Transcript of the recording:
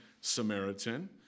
Samaritan